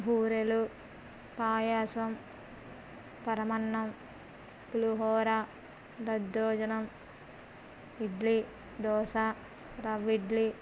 బూరెలు పాయాసం పరమాన్నం పులిహోర దద్దోజనం ఇడ్లీ దోశ రవ్విడ్లి